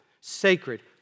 sacred